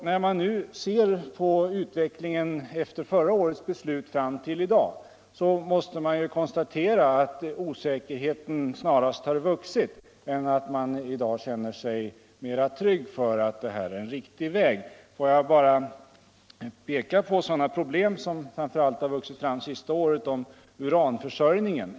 När man nu ser på utvecklingen efter förra årets beslut fram till i dag måste man konstatera att osäkerheten snarare har vuxit än att man i dag känner sig mera trygg för att det här är en riktig väg. Låt mig bara peka på sådana problem som framför allt har vuxit fram under det senaste året när det gäller uranförsörjningen.